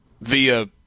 via